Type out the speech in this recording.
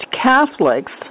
Catholics